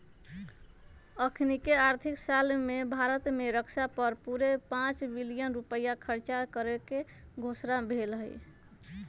अखनीके आर्थिक साल में भारत में रक्षा पर पूरे पांच बिलियन रुपइया खर्चा करेके घोषणा भेल हई